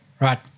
Right